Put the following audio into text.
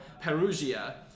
Perugia